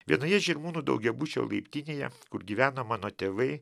vienoje žirmūnų daugiabučio laiptinėje kur gyvena mano tėvai